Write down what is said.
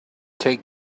take